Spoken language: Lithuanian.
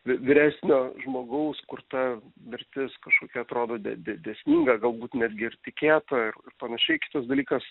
vy vyresnio žmogaus kur ta mirtis kažkokia atrodo dė dė dėsninga galbūt netgi ir tikėta ir panašiai kitas dalykas